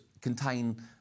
contain